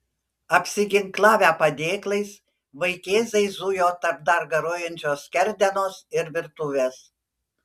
apsiginklavę padėklais vaikėzai zujo tarp dar garuojančios skerdenos ir virtuvės